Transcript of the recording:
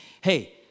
hey